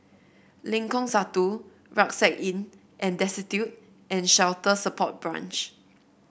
Lengkong Satu Rucksack Inn and Destitute and Shelter Support Branch